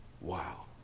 Wow